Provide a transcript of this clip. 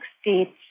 states